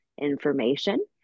information